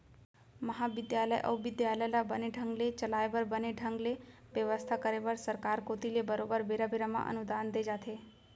महाबिद्यालय अउ बिद्यालय ल बने ढंग ले चलाय बर बने ढंग ले बेवस्था करे बर सरकार कोती ले बरोबर बेरा बेरा म अनुदान दे जाथे